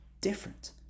different